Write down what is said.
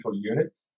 units